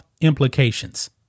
implications